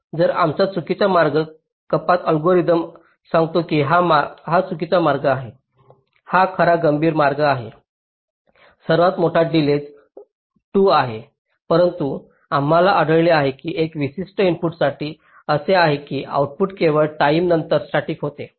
तर आमचा चुकीचा मार्ग कपात अल्गोरिदम सांगतो की हा चुकीचा मार्ग आहे हा खरा गंभीर मार्ग आहे सर्वात मोठा डिलेज 2 आहे परंतु आम्हाला आढळले आहे की एका विशिष्ट इनपुटसाठी असे आहे की आउटपुट केवळ टाईम नंतर स्टॅटिक होते